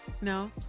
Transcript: No